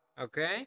okay